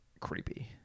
Creepy